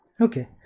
okay